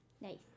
Nice